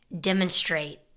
demonstrate